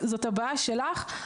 זאת הבעיה שלך,